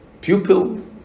Pupil